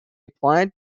applied